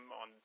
on